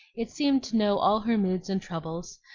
it seemed to know all her moods and troubles,